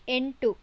ಎಂಟು